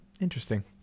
Interesting